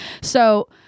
So-